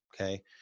Okay